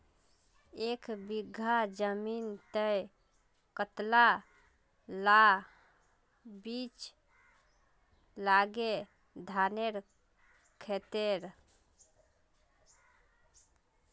एक बीघा जमीन तय कतला ला बीज लागे धानेर खानेर?